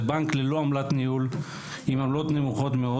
זה בנק ללא עמלת ניהול עם עמלות נמוכות מאוד